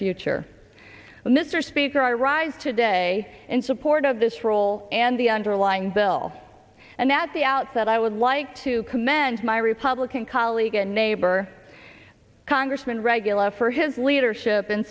future mr speaker i rise today in support of this role and the underlying bill and that the outset i would like to commend my republican colleague and neighbor congressman regularly for his leadership